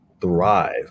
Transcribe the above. thrive